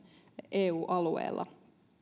eu alueella